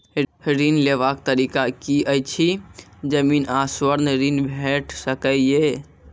ऋण लेवाक तरीका की ऐछि? जमीन आ स्वर्ण ऋण भेट सकै ये?